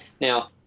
Now